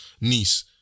niece